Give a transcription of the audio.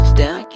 down